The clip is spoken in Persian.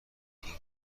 این